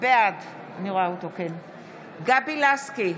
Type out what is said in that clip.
בעד גבי לסקי,